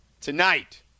tonight